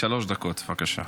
שלוש דקות, בבקשה.